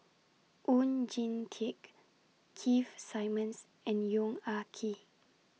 Oon Jin Teik Keith Simmons and Yong Ah Kee